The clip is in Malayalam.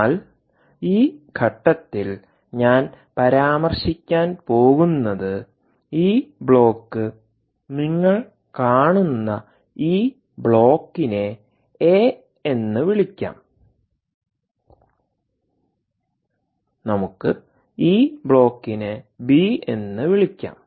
എന്നാൽ ഈ ഘട്ടത്തിൽ ഞാൻ പരാമർശിക്കാൻ പോകുന്നത് ഈ ബ്ലോക്ക് നിങ്ങൾ കാണുന്ന ഈ ബ്ലോക്കിനെ എ എന്ന് വിളിക്കാം നമുക്ക് ഈ ബ്ലോക്കിനെ ബി എന്ന് വിളിക്കാം